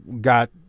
got